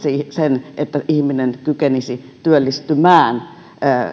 sen että ihminen kykenisi työllistymään